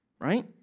Right